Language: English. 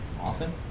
often